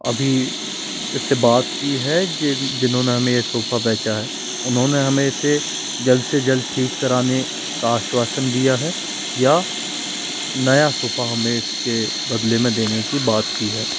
अभी इससे बात की है जिन्होंने हमें यह सोफ़ा बेचा है उन्होंने हमें इसे जल्द से जल्द ठीक कराने का आश्वासन दिया है या नया सोफ़ा हमें इसके बदले में देने की बात की है